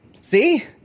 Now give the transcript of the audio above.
See